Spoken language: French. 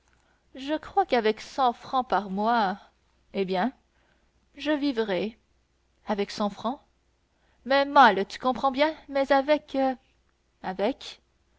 je crois qu'avec cent francs par mois eh bien je vivrais avec cent francs mais mal tu comprends bien mais avec